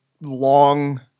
long